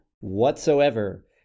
whatsoever